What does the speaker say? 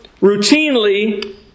routinely